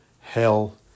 hell